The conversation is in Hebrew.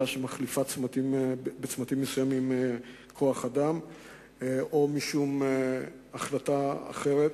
שמחליפה בצמתים מסוימים כוח-אדם או משום החלטה אחרת.